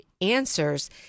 answers